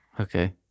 Okay